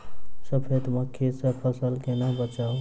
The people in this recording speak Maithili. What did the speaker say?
सफेद मक्खी सँ फसल केना बचाऊ?